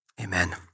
amen